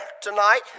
tonight